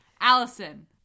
Allison